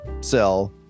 sell